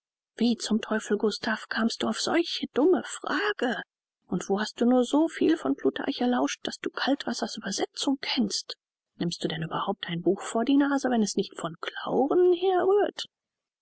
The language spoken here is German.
wie zum teufel gustav kamst du auf solche dumme frage und wo hast du nur so viel von plutarch erlauscht daß du kaltwasser's uebersetzung kennst nimmst du denn überhaupt ein buch vor die nase wenn es nicht von clauren herrührt